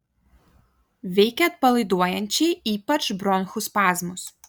veikia atpalaiduojančiai ypač bronchų spazmus